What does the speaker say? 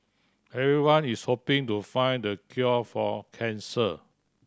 everyone is hoping to find the cure for cancer